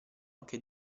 anche